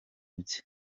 bye